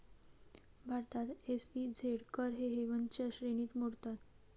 भारतात एस.ई.झेड कर हेवनच्या श्रेणीत मोडतात